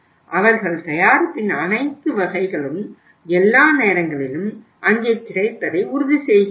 அவர்கள் தயாரிப்பின் அனைத்து வகைகளும் எல்லா நேரங்களிலும் அங்கே கிடைப்பதை உறுதி செய்கிறார்கள்